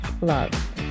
Love